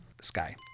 Sky